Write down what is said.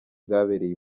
bwabereye